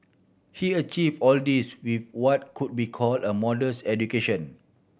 he achieve all this with what could be call a modest education